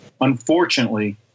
unfortunately